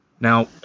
Now